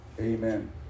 amen